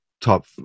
top